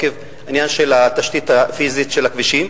עקב התשתית הפיזית של הכבישים,